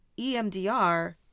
EMDR